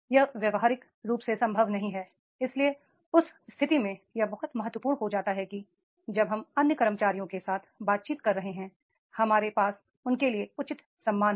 यह व्यावहारिक रूप से संभव नहीं है इसलिए उस स्थिति में यह बहुत महत्वपूर्ण हो जाता है कि जब हम अन्य कर्मचारियों के साथ बातचीत कर रहे हैं हमारे पास उनके लिए उचित सम्मान हो